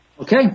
Okay